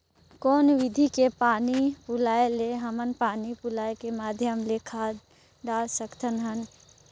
कौन विधि के पानी पलोय ले हमन पानी पलोय के माध्यम ले खाद डाल सकत हन?